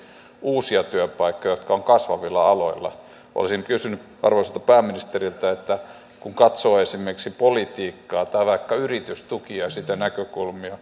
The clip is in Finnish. uusia työpaikkoja jotka ovat kasvavilla aloilla olisin kysynyt arvoisalta pääministeriltä kun katsoo esimerkiksi politiikkaa tai vaikka yritystukia ja sitä